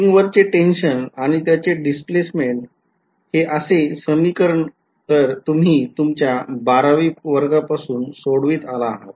string वरचे tension आणि त्याचे डिस्प्लेसमेंट हे असे समीकरणे तर तुम्ही तुमच्या १२वी वर्गापासून सोडवत आला आहात